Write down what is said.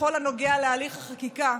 בכל הנוגע להליך החקיקה,